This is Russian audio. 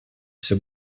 все